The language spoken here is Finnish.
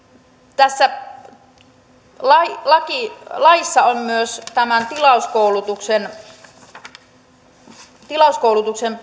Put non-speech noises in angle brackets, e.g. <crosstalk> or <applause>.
tässä laissa on myös tämän tilauskoulutuksen tilauskoulutuksen <unintelligible>